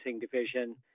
division